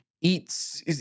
eats